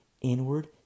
inward